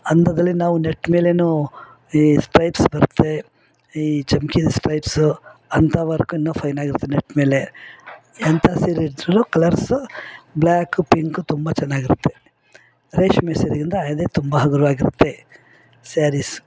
ಅಂಥದ್ರಲ್ಲಿ ನಾವು ನೆಟ್ ಮೇಲೇಯೂ ಈ ಸ್ಟ್ರೈಪ್ಸ್ ಬರುತ್ತೆ ಈ ಚಮ್ಕಿ ಸ್ಟ್ರೈಪ್ಸು ಅಂಥ ವರ್ಕನ್ನು ಫೈನಾಗಿರುತ್ತೆ ನೆಟ್ ಮೇಲೆ ಎಂಥ ಸೀರೆ ಇದ್ರೂ ಕಲರ್ಸು ಬ್ಲ್ಯಾಕು ಪಿಂಕು ತುಂಬ ಚೆನ್ನಾಗಿರುತ್ತೆ ರೇಷ್ಮೆ ಸೀರೆಗಿಂತ ಇದೆ ತುಂಬ ಹಗುರವಾಗಿರುತ್ತೆ ಸ್ಯಾರೀಸ್